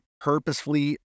purposefully